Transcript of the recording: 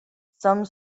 some